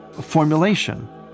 formulation